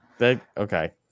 Okay